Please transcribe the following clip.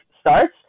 starts